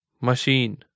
Machine